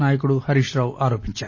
నాయకుడు హరీష్రావు ఆరోపించారు